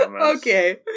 Okay